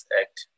act